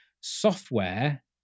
software